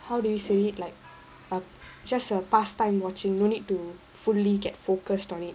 how do you say it like err just a pastime watching don't need to fully get focused on it